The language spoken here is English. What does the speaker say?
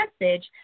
message